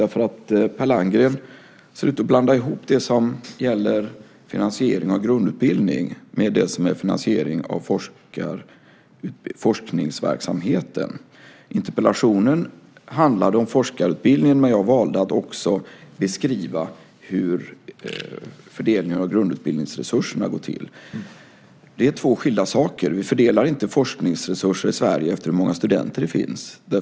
Det verkar som om Per Landgren blandar ihop det som gäller finansiering av grundutbildning med det som gäller finansiering av forskningsverksamhet. Interpellationen handlar om forskarutbildning men jag valde att också beskriva hur fördelningen av grundutbildningsresurserna går till. Det är två skilda saker. Vi fördelar inte forskningsresurser i Sverige efter hur många studenter det finns.